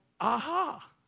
aha